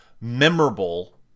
memorable